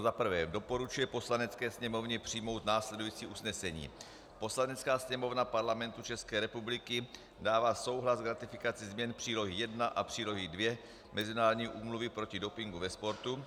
I. doporučuje Poslanecké sněmovně přijmout následující usnesení: Poslanecká sněmovna Parlamentu České republiky dává souhlas k ratifikaci změny Přílohy I a Přílohy II Mezinárodní úmluvy proti dopingu ve sportu;